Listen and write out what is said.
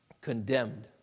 condemned